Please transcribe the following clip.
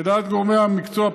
לדעת גורמי המקצוע,